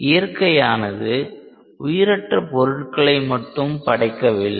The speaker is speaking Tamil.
இயற்கையானது உயிரற்ற பொருட்களை மட்டும் படைக்கவில்லை